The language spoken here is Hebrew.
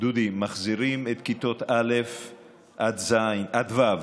את כיתות א' ו'